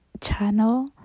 channel